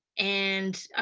and